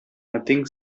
nothing